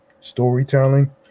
storytelling